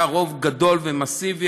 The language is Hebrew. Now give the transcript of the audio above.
היה רוב גדול ומסיבי.